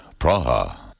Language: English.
Praha